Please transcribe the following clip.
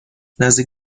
نزدیک